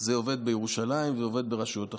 זה עובד בירושלים ועובד ברשויות אחרות.